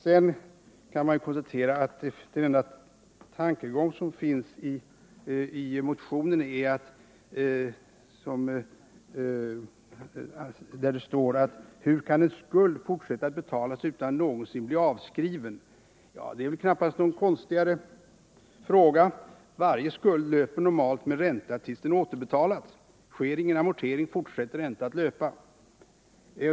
Sedan kan man konstatera att den enda tankegång som finns i motionen är frågan: Hur kan en skuld fortsätta att betalas utan att någonsin bli avskriven? Det är väl inte så konstigt? Varje skuld löper normalt med ränta tills den återbetalas. Sker ingen amortering fortsätter ränta att löpa.